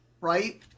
right